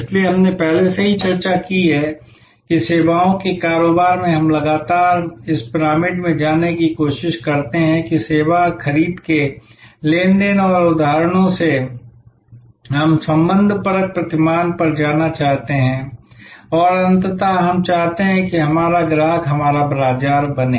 इसलिए हमने पहले से ही चर्चा की है कि सेवाओं के कारोबार में हम लगातार इस पिरामिड में जाने की कोशिश करते हैं कि सेवा खरीद के लेन देन के उदाहरणों से हम संबंधपरक प्रतिमान पर जाना चाहते हैं और अंततः हम चाहते हैं कि हमारा ग्राहक हमारा बाजार बने